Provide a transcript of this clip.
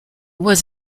was